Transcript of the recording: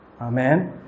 Amen